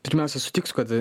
pirmiausia sutiksiu kad